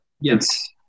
Yes